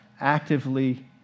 actively